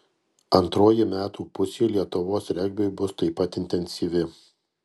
antroji metų pusė lietuvos regbiui bus taip pat intensyvi